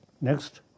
next